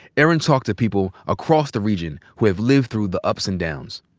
erin talked to people across the region who have lived through the ups and downs.